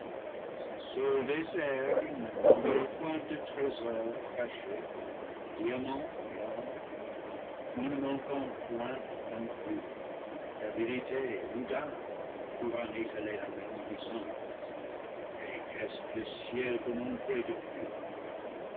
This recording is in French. point de trésor caché diamants et or nous ne manquons point non plus d'habileté ou d'art pour en étaler la magnificence et qu'est-ce que le ciel peut montrer de plus